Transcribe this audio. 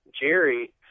Jerry